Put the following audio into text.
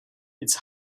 its